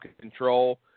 control